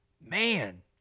man